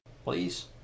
please